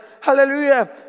Hallelujah